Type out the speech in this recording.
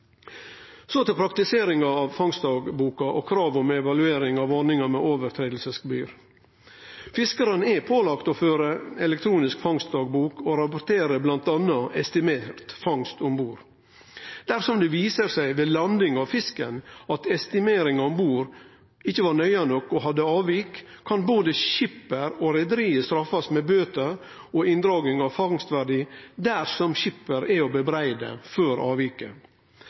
Så til praktiseringa av fangstdagboka og kravet om evaluering av ordninga med regelbrotsgebyr: Fiskarar er pålagde å føre elektronisk fangstdagbok og rapportere inn bl.a. estimert fangst om bord. Dersom det viser seg ved landing av fisken at estimeringa om bord ikkje var nøye nok og hadde avvik, kan både skipperen og reiarlaget straffast med bøter og inndraging av fangstverdien dersom skipperen er å klandre for avviket.